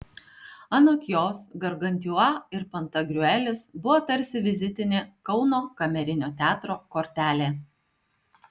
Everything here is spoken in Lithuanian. anot jos gargantiua ir pantagriuelis buvo tarsi vizitinė kauno kamerinio teatro kortelė